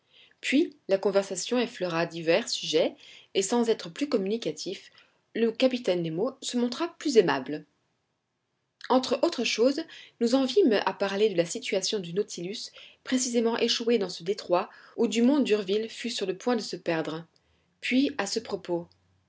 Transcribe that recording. puis la conversation effleura divers sujets et sans être plus communicatif le capitaine nemo se montra plus aimable entre autres choses nous en vînmes à parler de la situation du nautilus précisément échoué dans ce détroit où dumont d'urville fut sur le point de se perdre puis à ce propos